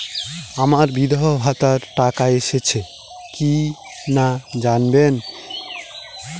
আমার বিধবাভাতার টাকা এসেছে কিনা জানাবেন?